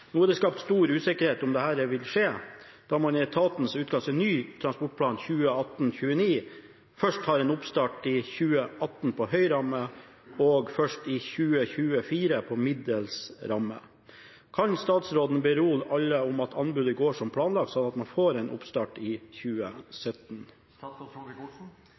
Nå er det stor usikkerhet om dette vil skje, da man i etatenes utkast til ny NTP 2018-2029 først har en oppstart i 2018 på høy ramme og først i 2024 på middels ramme. Kan statsråden berolige alle om at anbudet går som planlagt slik at man får en oppstart 2017?» Det å bygge bedre veier i